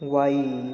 Wai